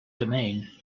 domain